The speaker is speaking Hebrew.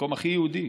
המקום הכי יהודי